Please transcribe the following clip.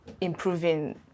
improving